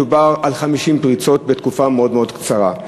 מדובר על 50 פריצות בתקופה מאוד קצרה.